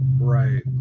right